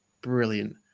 brilliant